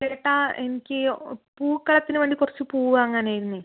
ചേട്ടാ എനിക്ക് പൂക്കളത്തിന് വേണ്ടി കുറച്ച് പൂ വാങ്ങാൻ ആയിരുന്നെ